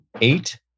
Eight